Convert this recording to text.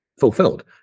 fulfilled